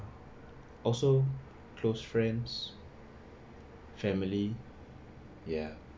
also close friends family ya